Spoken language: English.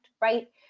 right